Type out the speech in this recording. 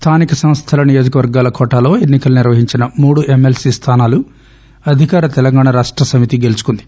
స్థానిక సంస్థల నియోజకవర్గాల కోటాలో ఎన్సి కలు నిర్వహించిన మూడు ఎమ్మెల్సీ స్దానాలు అధికార తెలంగాణా రాష్ట సమితి గెల్చుకుంది